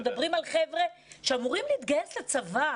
מדברים על חבר'ה שאמורים להתגייס לצבא.